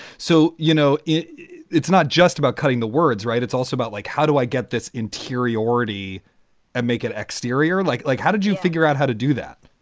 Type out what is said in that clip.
so you know, it it's not just about cutting the words right. it's also about like, how do i get this interiority and make an exterior like like how did you figure out how to do that?